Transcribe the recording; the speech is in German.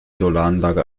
solaranlage